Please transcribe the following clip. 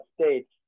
states